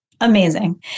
Amazing